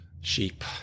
sheep